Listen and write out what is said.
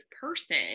person